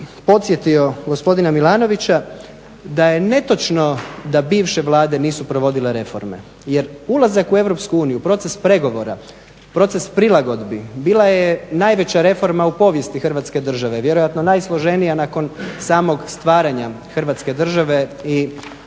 podsjetio gospodina Milanovića da je netočno da bivše Vlade nisu provodile reforme jer ulazak u EU, proces pregovora, proces prilagodbi bila je najveća reforma u povijesti Hrvatske države, vjerojatno najsloženija nakon samog stvaranja Hrvatske države i utemeljenja